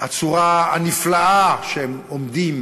הצורה הנפלאה שבה הם עומדים